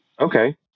okay